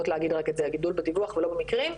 במקרים.